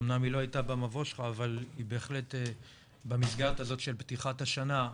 אמנם היא לא הייתה במבוא שלך אבל היא בהחלט במסגרת הזאת של פתיחת השנה,